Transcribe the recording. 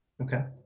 okay.